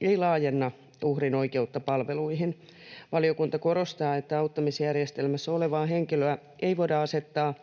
ei laajenna uhrin oikeutta palveluihin. Valiokunta korostaa, että auttamisjärjestelmässä olevaa henkilöä ei voida asettaa